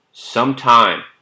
Sometime